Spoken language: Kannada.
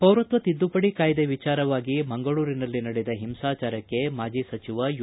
ಪೌರತ್ವ ತಿದ್ದುಪಡಿ ಕಾಯ್ದೆ ವಿಚಾರವಾಗಿ ಮಂಗಳೂರಿನಲ್ಲಿ ನಡೆದ ಹಿಂಸಾಚಾರಕ್ಕೆ ಮಾಜಿ ಸಚಿವ ಯು